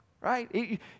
right